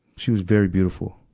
she was very beautiful.